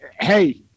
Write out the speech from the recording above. Hey